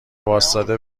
واستاده